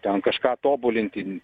ten kažką tobulinti